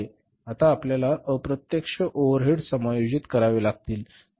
आता आपल्याला अप्रत्यक्ष ओव्हरहेड्स समायोजित करावे लागतील